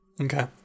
Okay